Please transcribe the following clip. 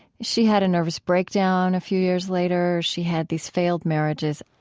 she had a nervous breakdown a few years later. she had these failed marriages.